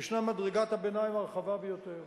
יש מדרגת הביניים, הרחבה ביותר,